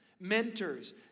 mentors